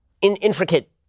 intricate